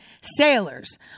sailors